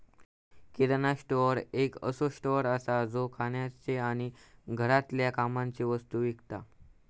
किराणा store एक असो store असा जो खाण्याचे आणि घरातल्या कामाचे वस्तु विकता